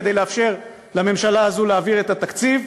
כדי לאפשר לממשלה הזאת להעביר את התקציב.